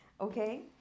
Okay